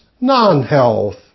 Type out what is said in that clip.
non-health